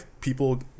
people